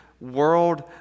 world